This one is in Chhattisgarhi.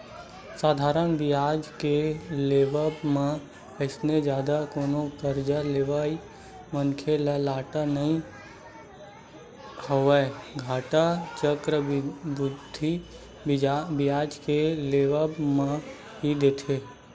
साधारन बियाज के लेवब म अइसे जादा कोनो करजा लेवइया मनखे ल घाटा नइ होवय, घाटा चक्रबृद्धि बियाज के लेवब म ही होथे